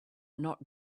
not